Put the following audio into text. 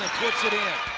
puts it in.